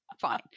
fine